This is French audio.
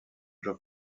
jour